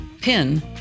pin